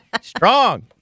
Strong